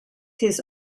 his